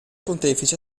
pontefice